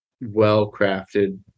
well-crafted